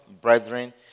brethren